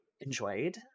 enjoyed